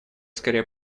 скорее